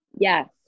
yes